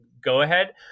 go-ahead